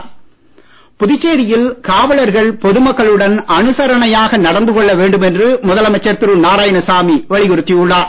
நாராயணசாமி புதுச்சேரியில் காவலர்கள் பொது மக்களுடன் அணுசரனையாக நடந்து கொள்ள வேண்டும் என்று முதலமைச்சர் திரு நாராயணசாமி வலியுறுத்தி உள்ளார்